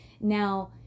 Now